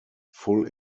full